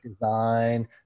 design